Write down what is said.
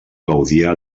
gaudia